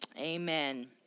amen